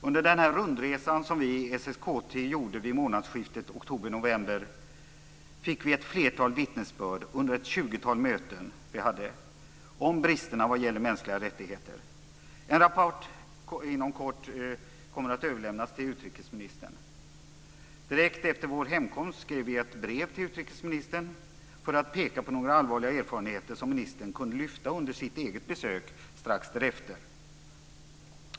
Under den rundresa som vi i SSKT gjorde i månadsskiftet oktober-november fick vi ett flertal vittnesbörd under ett 20-tal möten vi hade om bristerna vad gäller mänskliga rättigheter. En rapport kommer inom kort att överlämnas till utrikesministern. Direkt efter vår hemkomst skrev vi ett brev till utrikesministern för att peka på några allvarliga erfarenheter som ministern kunde lyfta fram under sitt eget besök strax därefter.